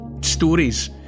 stories